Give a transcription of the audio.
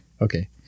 okay